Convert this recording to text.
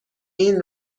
این